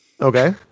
okay